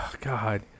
God